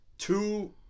Two